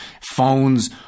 phones